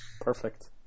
Perfect